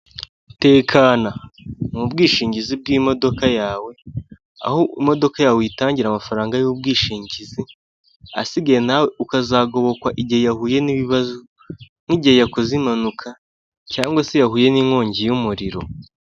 Tekana! Ni bwishingizi bw'imodoka yawe, aho imodoka yawe uyitangira amafaranga y'ubwishingizi, ahasigaye nawe ukazagobokwa igihe yahuye n'ibibazo, nk'igihe yakoze impanuka, cyangwa se yahuye n'inkongi y'umuriro.